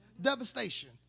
devastation